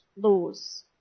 laws